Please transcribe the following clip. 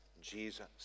Jesus